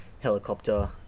Helicopter